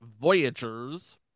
Voyagers